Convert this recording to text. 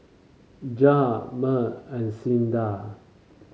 Jared Meg and Clyda